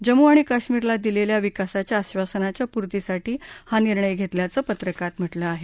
जम्मू आणि कश्मीरला दिलेल्या विकासाच्या आश्वासनाच्या पूर्तीसाठी हा निर्णय घेतल्याचं पत्रकात म्हटलं आहे